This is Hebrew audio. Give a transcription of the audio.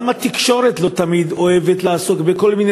גם התקשורת לא תמיד אוהבת לעסוק בכל מיני